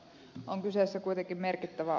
mutta on kyseessä kuitenkin merkittävää